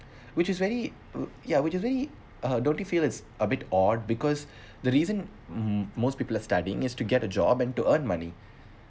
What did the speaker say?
which is very uh ya which is very uh don't you feel it's a bit odd because the reason mm most people are studying is to get a job and to earn money